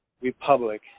Republic